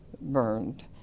burned